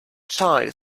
child